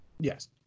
Yes